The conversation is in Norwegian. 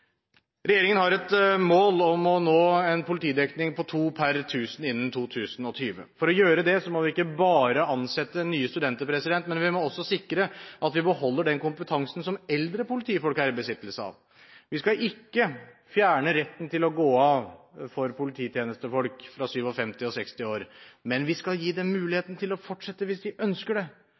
Regjeringen har som mål å nå en politidekning på to per 1 000 innbyggere innen 2020. For å gjøre det må vi ikke bare ansette nye studenter, men vi må også sikre at vi beholder den kompetansen som eldre politifolk er i besittelse av. Vi skal ikke fjerne retten til å gå av for polititjenestefolk fra 57 og 60 år, men vi skal gi dem muligheten til å fortsette hvis de ønsker det.